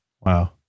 Wow